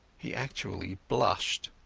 he actually blushed.